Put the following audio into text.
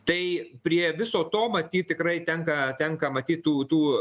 tai prie viso to matyt tikrai tenka tenka matyt tų tų